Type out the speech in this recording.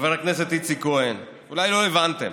חבר הכנסת איציק כהן, אולי לא הבנתם,